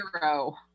hero